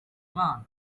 imana